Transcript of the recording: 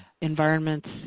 environments